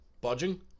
budging